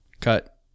Cut